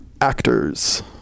actors